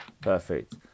Perfect